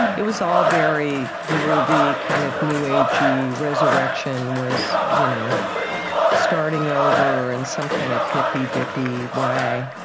it was all very groovy, kind of new-agey. resurrection was you know starting over, in some kind of hippy-dippy way.